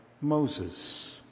Moses